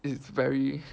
it's very